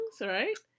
right